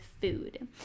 food